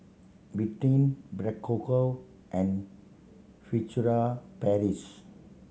Betadine Berocca and Furtere Paris